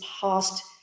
past